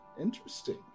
Interesting